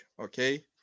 okay